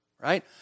right